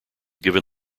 given